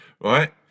right